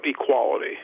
equality